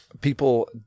people